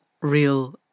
real